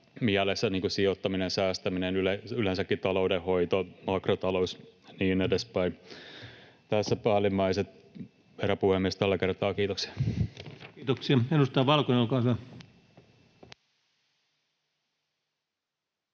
mielessä sijoittaminen, säästäminen, yleensäkin taloudenhoito, makrotalous ja niin edespäin. Tässä päällimmäiset, herra puhemies, tällä kertaa. — Kiitoksia. [Speech 25] Speaker: